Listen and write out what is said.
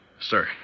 Sir